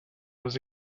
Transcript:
was